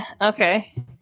okay